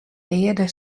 deade